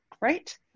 Right